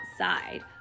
outside